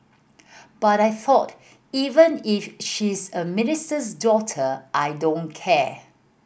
but I thought even if she's a minister's daughter I don't care